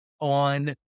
on